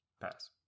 pass